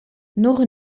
nur